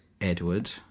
Edward